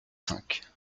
cinq